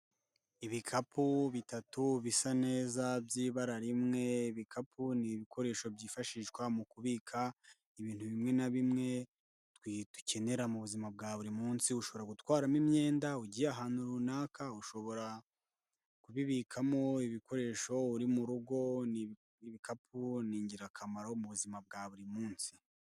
Ibikapu bitatu bisa neza, by'ibara rimwe, ibikapu ni ibikoresho byifashishwa mu kubika ibintu bimwe na bimwe, dukenera mu buzima bwa buri munsi, ushobora gutwaramo imyenda ugiye ahantu runaka, ushobora kubibikamo ibikoresho uri mu rugo, ibikapu ni ingirakamaro mubu buzima bwa buri munsi.